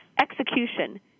Execution